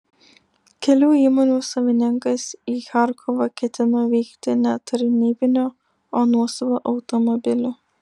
kelių įmonių savininkas į charkovą ketino vykti ne tarnybiniu o nuosavu automobiliu